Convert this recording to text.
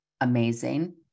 amazing